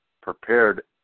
prepared